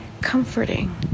comforting